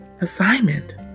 Assignment